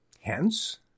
Hence